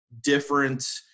different